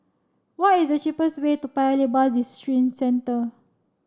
what is the cheapest way to Paya Lebar Districentre